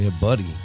buddy